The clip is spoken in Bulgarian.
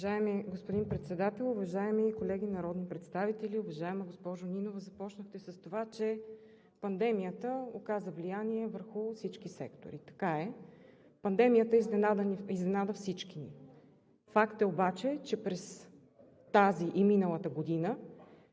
Уважаеми господин Председател, уважаеми колеги народни представители! Уважаема госпожо Нинова, започнахте с това, че пандемията оказа влияние върху всички сектори. Така е! Пандемията изненада всички ни. Факт е обаче, че през тази и миналата година